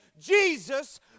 jesus